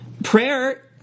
prayer